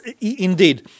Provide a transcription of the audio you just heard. indeed